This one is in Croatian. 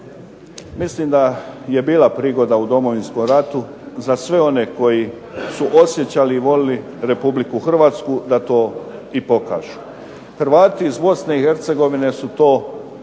Mislim da je bila prigoda u Domovinskom ratu za sve one koji su osjećali i volili Republiku Hrvatsku, da to i pokažu. Hrvati iz Bosne i Hercegovine su to